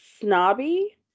snobby